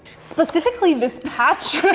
specifically this patch